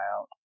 out